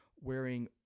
wearing